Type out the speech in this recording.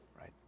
right